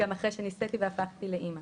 גם אחרי שנישאתי והפכתי לאמא.